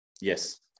Yes